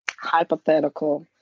Hypothetical